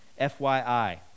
FYI